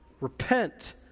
repent